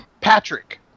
Patrick